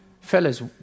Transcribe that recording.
Fellas